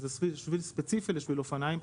שזה שביל ספציפי לשביל אופניים,